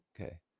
Okay